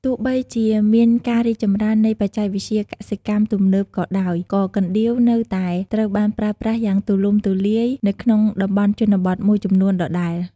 ទោះបីជាមានការរីកចម្រើននៃបច្ចេកវិទ្យាកសិកម្មទំនើបក៏ដោយ ក៏កណ្ដៀវនៅតែត្រូវបានប្រើប្រាស់យ៉ាងទូលំទូលាយនៅក្នុងតំបន់ជនបទមួយចំនួនដដែល។